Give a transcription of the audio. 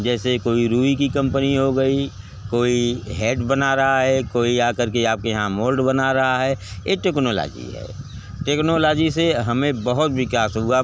जैसे कोई रुई की कंपनी हो गई कोई हेड बना रहा है कोई आ कर के आपके यहाँ मोल्ड बना रहा है ये टेक्नोलाजी है टेक्नोलाजी से हमें बहुत विकास हुआ